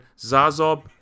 Zazob